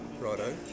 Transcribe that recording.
Righto